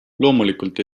loomulikult